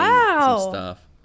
Wow